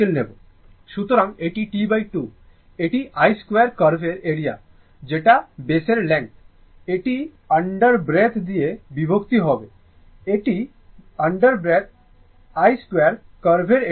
সুতরাং এটি T2 এটি I 2 কার্ভের এরিয়া যেটা বেসের লেংথ এটি আন্ডার ৰূট দিয়ে বিভক্ত হবে এটি এটি আন্ডার ৰূট I 2 কার্ভের এরিয়া